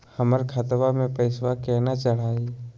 हमर खतवा मे पैसवा केना चढाई?